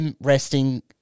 resting